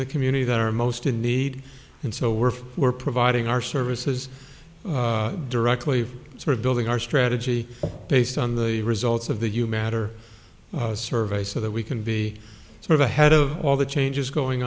the community that are most in need and so we're we're providing our services directly sort of building our strategy based on the results of the you matter survey so that we can be sort of ahead of all the changes going